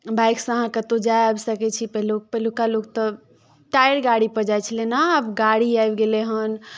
bike सँ अहाँ कतौ जाय आबि सकै छी पहिल पहिलुका लोक तऽ टाइर गाड़ी पर जाइ छलै ने आब गाड़ी आबि गेलै हन